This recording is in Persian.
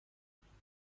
استراحت